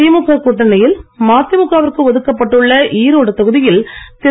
திமுக கூட்டணியில் மதிமுக விற்கு ஒதுக்கப்பட்டுள்ள ஈரோடு தொகுதியில் திரு